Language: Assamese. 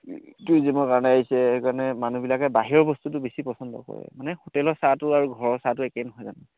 ট্য়ুৰিজিমৰ কাৰণে আহিছে সেইকাৰণে মানুহবিলাকে বাহিৰা বস্তুটো বেছি পচন্দ কৰে মানে হোটেলৰ চাহটো আৰু ঘৰৰ চাহটো একেই নহয় জানো